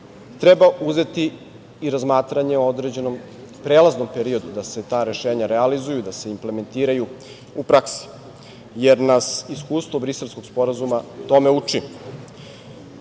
treba uzeti i razmatranje o određenom prelaznom periodu da se ta rešenja realizuju, da se implementiraju u praksi, jer nas iskustvo Briselskog sporazuma tome uči.